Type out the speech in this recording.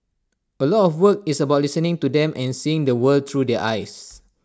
A lot of the work is about listening to them and seeing the world through their eyes